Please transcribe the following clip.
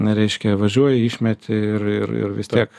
reiškia važiuoji išmeti ir ir vis tiek